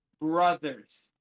brothers